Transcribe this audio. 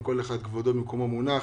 כל אחד כבודו במקומו מונח.